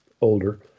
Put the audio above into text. older